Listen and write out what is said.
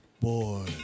Boy